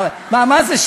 מה זה?